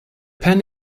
pen